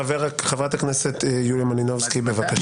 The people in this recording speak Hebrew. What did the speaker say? חברת הכנסת יוליה מלינובסקי, בבקשה.